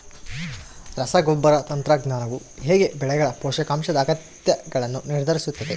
ರಸಗೊಬ್ಬರ ತಂತ್ರಜ್ಞಾನವು ಹೇಗೆ ಬೆಳೆಗಳ ಪೋಷಕಾಂಶದ ಅಗತ್ಯಗಳನ್ನು ನಿರ್ಧರಿಸುತ್ತದೆ?